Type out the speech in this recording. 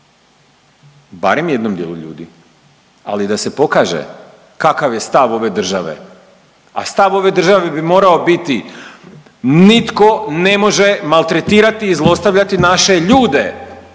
barem jednom dijelu ljudi, ali da se pokaže kakav je stav ove države. A stav ove države bi morao biti nitko ne može maltretirati i zlostavljati naše ljude,